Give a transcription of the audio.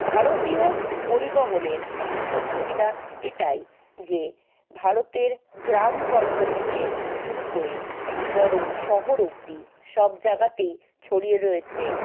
ভারতীয় পরিবহনের সুযোগ সুবিধা এটাই যে ভারতের গ্রামগঞ্জ থেকে শুরু করে বড়ো শহর অব্দি সব জায়গাতেই ছড়িয়ে রয়েছে